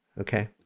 okay